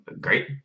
great